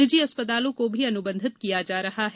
निजी अस्पतालों को भी अनुबंधित किया जा रहा है